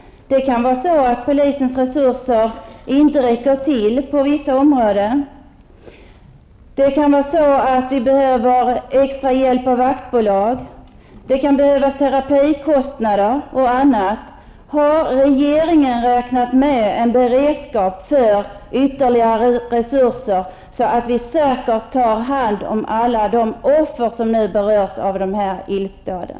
Det kan vara så att polisens resurser inte räcker till på vissa områden, och det kan behövas extra hjälp av vaktbolag, ersättning för terapikostnader och annat. Har regeringen räknat med en beredskap för ytterligare resurser, så att vi säkert tar hand om alla de offer som nu berörs av de här illdåden?